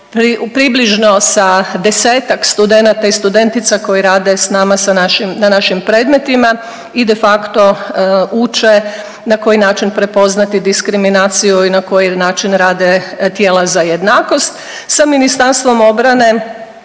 približno sa 10-ak studenata i studentica koji rade s nama na naši predmetima i de facto uče na koji način prepoznati diskriminaciju i na koji način rade tijela za jednakost. Sa Ministarstvom obrane